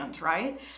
right